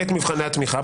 את מבחני התמיכה,